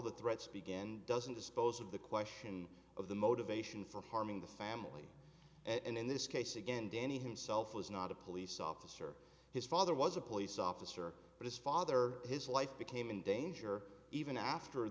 the threats begin doesn't dispose of the question of the motivation for harming the family and in this case again danny himself was not a police officer his father was a police officer but his father his life became in danger even after